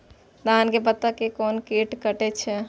धान के पत्ता के कोन कीट कटे छे?